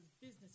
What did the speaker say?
business